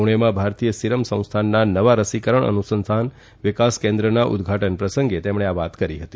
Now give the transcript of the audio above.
પૂણેમાં ભારતીય સીરમ સંસ્થાનના નવા રસીકરણ અનુસંધાન વિકાસ કેન્દ્રના ઉદ્દઘાટન પ્રસંગે તેમણે આ વાત કરી હતી